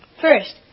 First